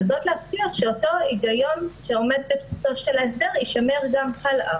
וזאת להבטיח שאותו היגיון שעומד בבסיסו של ההסדר יישמר גם הלאה.